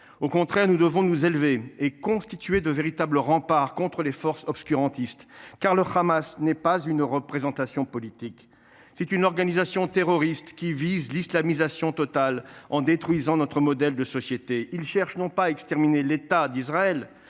Au contraire, nous devons nous élever et constituer de véritables remparts contre les forces obscurantistes. Le Hamas n’est pas une représentation politique. C’est une organisation terroriste qui vise l’islamisation totale en détruisant notre modèle de société. Il cherche non pas à exterminer l’État d’Israël,